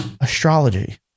astrology